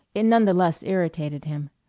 it none the less irritated him.